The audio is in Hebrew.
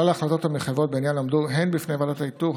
כלל ההחלטות המחייבות בעניין עמדו הן בפני ועדת האיתור,